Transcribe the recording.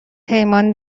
پیمان